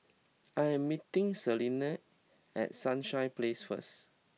I am meeting Selene at Sunrise Place first